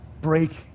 Break